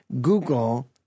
Google